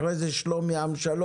אחרי זה שלומי עם שלום,